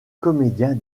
comédien